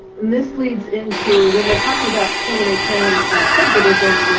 misleads into when we're talking about preliminary plan of subdivision,